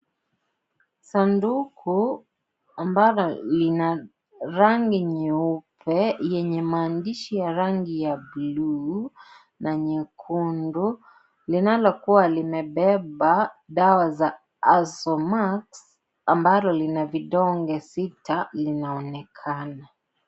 Sanduku ambalo lina rangi nyeupe yenye maandishi ya rangi ya buluu na nyekundu linalokuwa limebaba dawa za Azomax ambalo lina vidonge sita linaonekana.